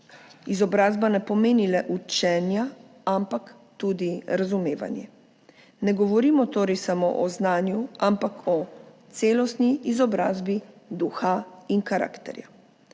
Izobrazba ne pomeni le učenja, ampak tudi razumevanje. Ne govorimo torej samo o znanju, ampak o celostni izobrazbi duha in karakterja.